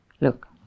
Look